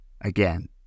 again